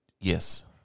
Yes